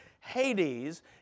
Hades